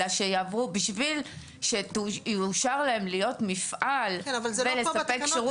אלא בשביל שיאושר להם להיות מפעל ולספק שירות